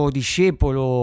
discepolo